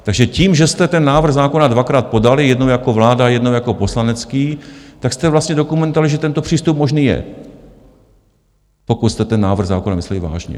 Takže tím, že jste ten návrh zákona dvakrát podali, jednou jako vláda, jednou jako poslanecký, tak jste vlastně dokumentovali, že tento přístup možný je, pokud jste ten návrh zákona mysleli vážně.